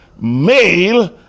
male